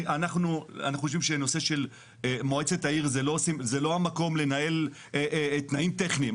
אנחנו חושבים שנושא של מועצת העיר זה לא המקום לנהל תנאים טכניים.